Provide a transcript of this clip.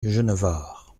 genevard